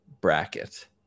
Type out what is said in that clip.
bracket